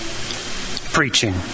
preaching